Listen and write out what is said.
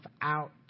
out